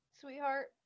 sweetheart